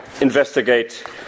investigate